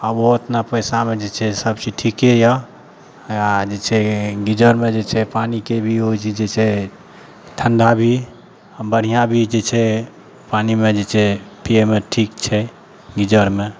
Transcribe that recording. आब ओ ओतना पैसामे जे छै सब चीज ठीके यऽ आओर जे छै गीजरमे जे छै पानिके भी यूज जे छै ठण्डा भी आओर बढ़िआँ भी जे छै पानिमे जे छै पियैमे ठीक छै गीजरमे